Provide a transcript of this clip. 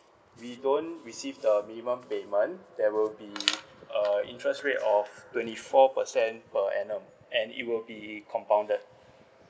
we don't receive the minimum payment there will be err interest rate of twenty four percent per annum and it will be compounded